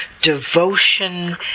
devotion